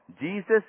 Jesus